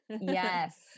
Yes